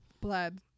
blood